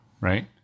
right